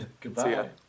goodbye